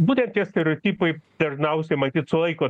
būtent tie stereotipai dažniausiai matyt sulaiko